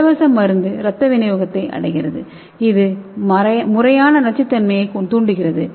இலவச மருந்து இரத்த விநியோகத்தை அடைகிறது இது முறையான நச்சுத்தன்மையைத் தூண்டுகிறது